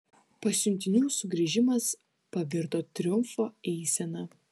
pasiuntinių sugrįžimas pavirto triumfo eisena